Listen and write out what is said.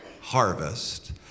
harvest